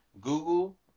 google